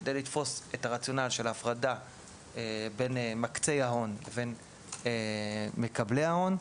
כדי לתפוס את הרציונל של ההפרדה בין מקצי ההון לבין מקבלי ההון,